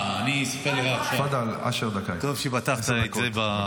טוב שפתחת עם זה.